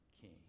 king